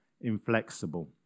inflexible